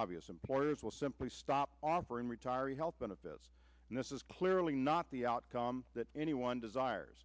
obvious employers will simply stop offering retiree health benefits and this is clearly not the outcome that anyone desires